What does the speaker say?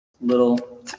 Little